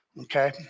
okay